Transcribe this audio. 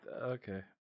Okay